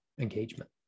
engagement